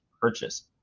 purchase